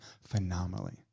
phenomenally